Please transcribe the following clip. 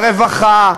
הרווחה,